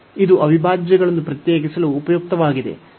ಇದು ಅವಿಭಾಜ್ಯಗಳನ್ನು ಪ್ರತ್ಯೇಕಿಸಲು ಉಪಯುಕ್ತವಾಗಿದೆ